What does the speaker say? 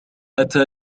أتى